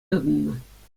тытӑннӑ